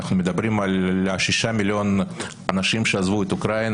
אנחנו מדברים על שישה מיליון אנשים שעזבו את אוקראינה